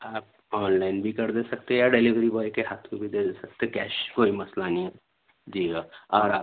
آپ online بھی کر دے سکتے ہیں ڈیلیوری بوائے کے ہاتھ میں بھی دے سکتے کیش کوئی مسئلہ نہیں جی اور آپ